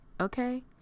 okay